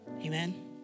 Amen